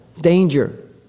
danger